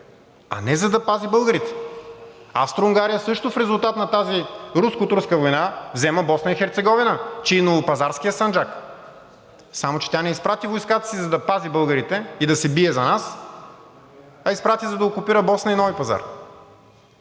а не за да пази българите. Австро-Унгария също в резултат на тази Руско турска война взима Босна и Херцеговина, че и Новопазарския санджак. Само че тя не изпрати войската си, за да пази българите и да се бие за нас, а изпрати, за да окупира Босна и Нови пазар.